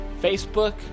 Facebook